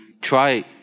try